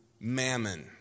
mammon